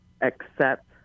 accept